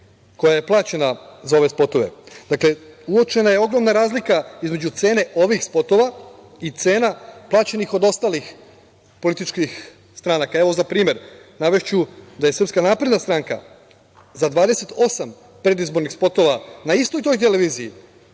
koja je plaćena za ove spotove. Dakle, uočena je ogromna razlika između cene ovih spotova i cena plaćenih od ostalih političkih stranaka. Evo, za primer, navešću da je SNS za 28 predizbornih spotova na istoj toj televiziji